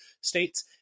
states